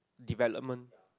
development